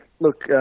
Look